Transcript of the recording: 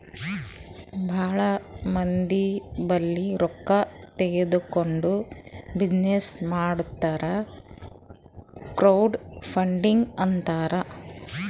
ಭಾಳ ಮಂದಿ ಬಲ್ಲಿ ರೊಕ್ಕಾ ತಗೊಂಡ್ ಬಿಸಿನ್ನೆಸ್ ಮಾಡುರ್ ಕ್ರೌಡ್ ಫಂಡಿಂಗ್ ಅಂತಾರ್